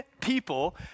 people